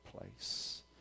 place